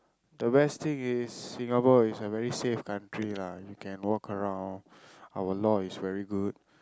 the best thing is Singapore is a very safe country lah you can walk around our law is very good